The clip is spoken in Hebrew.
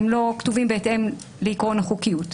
הם לא כתובים בהתאם לעיקרון החוקיות,